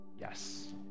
yes